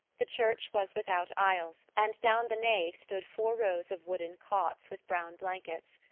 the church was without aisles, and down the nave stood four rows of wooden cots with brown blankets.